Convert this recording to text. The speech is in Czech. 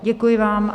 Děkuji vám.